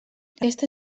aquesta